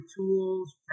tools